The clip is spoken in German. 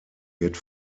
wird